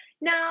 now